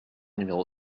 numéro